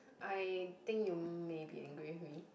I think you may be angry with me